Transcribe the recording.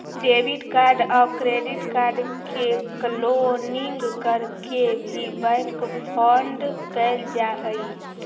debit card आउ credit card के क्लोनिंग करके भी बैंक फ्रॉड कैल जा हइ